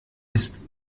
ist